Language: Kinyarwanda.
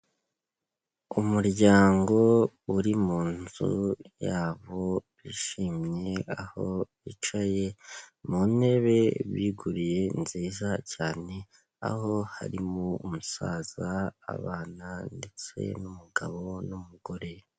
Umuryango uri mu nzu yabo bishimye, aho bicaye mu ntebe biguriye nziza cyane, aho harimo umusaza, abana ndetse n'umugabo n'umugore.